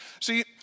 See